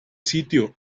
sitio